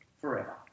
forever